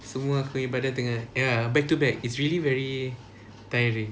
semua aku punya badan tengah ya back to back it's really very tiring